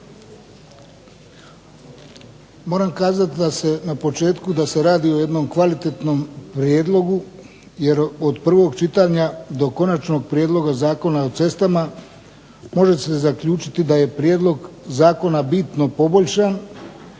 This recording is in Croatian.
Moram kazati da se na početku da se radi o jednom kvalitetnom prijedlogu jer od prvog čitanja do Konačnog prijedloga zakona o cestama može se zaključiti da je prijedlog zakona bitno poboljšan